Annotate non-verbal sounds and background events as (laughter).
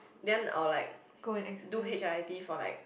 then I'll like (breath) do H I I T for like